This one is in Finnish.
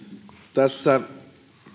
tässä